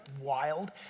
wild